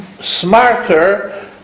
smarter